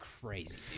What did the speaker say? crazy